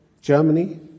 Germany